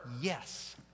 yes